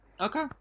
Okay